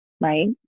right